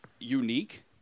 Unique